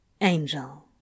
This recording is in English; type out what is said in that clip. Angel